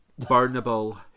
burnable